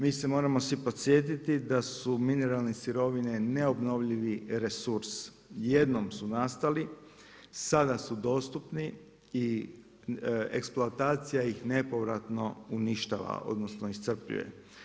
Mi se moramo svi podsjetiti da su mineralne sirovine neobnovljivi resurs, jednom su nastali sada su dostupni i eksploatacija ih nepovratno uništava odnosno iscrpljuje.